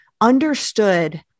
understood